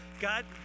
God